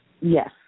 Yes